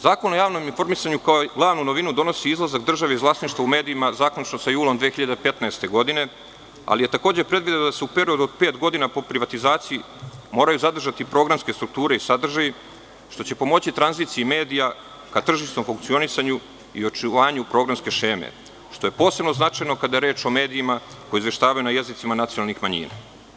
Zakon o javnom informisanju kao glavnu novinu donosi izlazak države iz vlasništva u medijima zaključno sa julom 2015. godine, ali je takođe predvideo da se u periodu od pet godina po privatizaciji moraju zadržati programske strukture i sadržaji, što će pomoći tranziciji medija ka tržišnom funkcionisanju i očuvanju programske šeme, što je posebno značajno kada je reč o medijima koji izveštavaju na jezicima nacionalnih manjina.